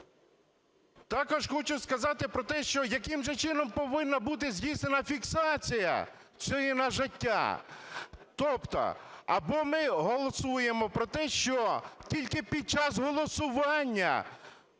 Також хочу сказати про те, що яким же чином повинна бути здійснена фіксація цього нажаття. Тобто, або ми голосуємо про те, що тільки під час голосування